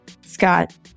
Scott